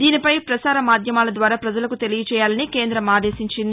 దీనిపై ప్రసార మాధ్యమాల ద్వారా ప్రజలకు తెలియజేయాలని కేంద్రం ఆదేశించింది